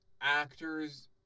actors